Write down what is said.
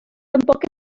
tampoc